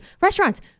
restaurants